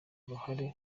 uruhare